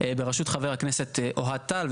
בראשות חבר הכנסת אוהד טל,